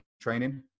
training